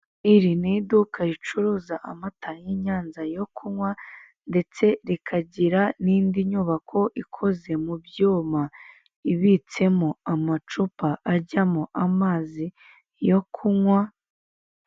Iri ni iduka ricuruza amata y'Inyanza yo kunywa ndetse rikagira n'indi nyubako ikozwe mu byuma ibitsemo amacupa ajyamo amazi yo kunywa.